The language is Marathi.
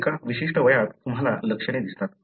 एका विशिष्ट वयात तुम्हाला लक्षणे दिसतात